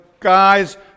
guys